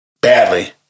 badly